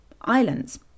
islands